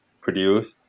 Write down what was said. produce